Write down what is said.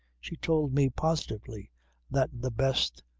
she told me positively that the best,